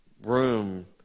room